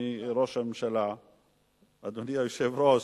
אדוני היושב-ראש.